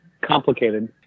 complicated